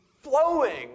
flowing